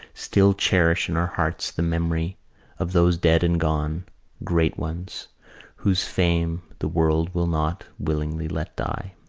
still cherish in our hearts the memory of those dead and gone great ones whose fame the world will not willingly let die.